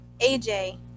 AJ